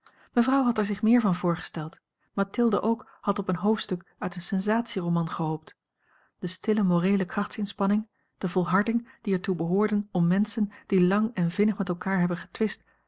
mevrouw had er zich meer van voorgesteld mathilde ook had op een hoofdstuk uit een sensatie roman gehoopt de stille moreele krachtsinspanning de volharding die er toe behoorden om menschen die lang en vinnig met elkaar hebben getwist